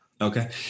Okay